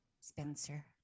Spencer